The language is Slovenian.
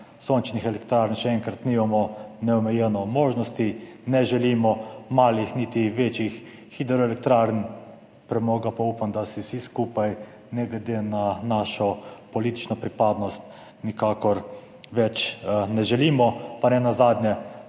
sončnih elektrarn, še enkrat, nimamo neomejeno možnosti, ne želimo malih niti večjih hidroelektrarn, premoga pa upam, da si vsi skupaj ne glede na politično pripadnost nikakor več ne želimo. Pa nenazadnje